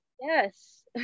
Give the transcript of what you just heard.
Yes